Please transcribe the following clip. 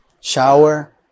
shower